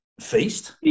feast